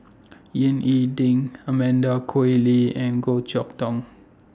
Ying E Ding Amanda Koe Lee and Goh Chok Tong